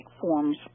forms